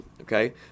Okay